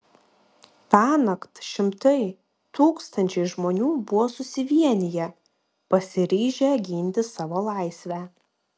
tąnakt šimtai tūkstančiai žmonių buvo susivieniję pasiryžę ginti savo laisvę